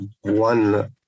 one